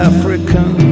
African